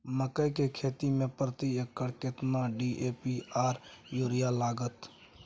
मकई की खेती में प्रति एकर केतना डी.ए.पी आर यूरिया लागत?